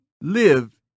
live